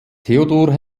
theodor